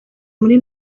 muri